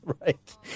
right